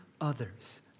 others